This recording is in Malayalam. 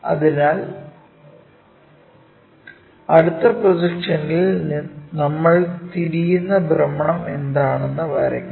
അതിനാൽ അടുത്ത പ്രൊജക്ഷനിൽ നമ്മൾ തിരയുന്ന ഭ്രമണം എന്താണെന്ന് വരയ്ക്കണം